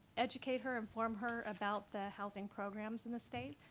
educate her, inform her about the housing programs in the state.